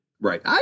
Right